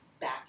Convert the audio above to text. back